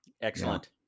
Excellent